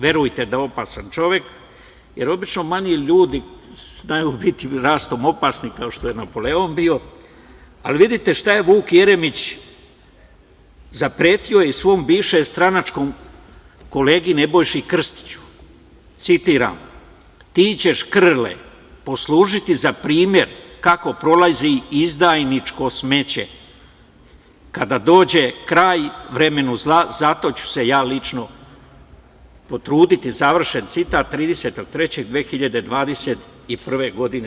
Verujte da je opasan čovek, jer obično manji ljudi rastom znaju biti opasni, kao što je Napoleon bio, ali vidite šta je Vuk Jeremić uradio – zapretio je svom bivšem stranačkom kolegi Nebojši Krstiću: „Ti ćeš, Krle, poslužiti za primer kako prolazi izdajničko smeće kada dođe kraj vremenu zla, za to ću se ja lično potruditi“, 30.03.2021. godine.